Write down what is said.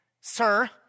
Sir